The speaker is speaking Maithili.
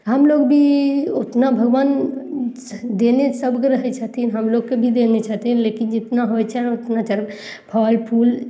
हमलोग भी ओतना भगवान देने सभके रहय छथिन हमलोगके भी देने छथिन लेकिन जितना होइ छनि ओतना चढ़ फल फूल